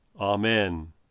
Amen